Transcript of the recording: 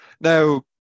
Now